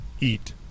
eat